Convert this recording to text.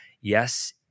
Yes